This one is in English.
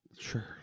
Sure